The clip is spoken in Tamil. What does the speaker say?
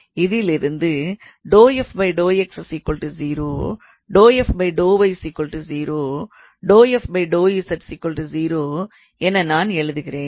இதிலிருந்து என நான் எழுதுகிறேன்